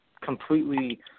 completely